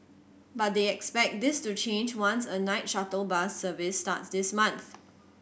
but they expect this to change once a night shuttle bus service starts this month